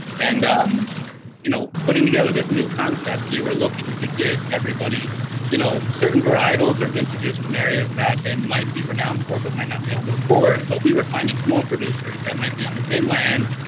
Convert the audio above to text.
and um you know putting together this new concept, we were looking to give everybody you know certain varietals or vintages from areas that they might be renowned for, but might not be able to afford, but we were finding small producers that might be on the same land,